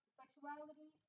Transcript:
sexuality